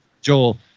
joel